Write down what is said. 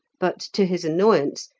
but, to his annoyance,